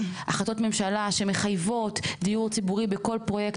החלטות ממשלה שמחייבות דיור ציבורי בכל פרויקט.